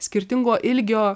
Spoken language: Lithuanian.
skirtingo ilgio